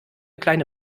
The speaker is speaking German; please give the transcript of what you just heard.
kleine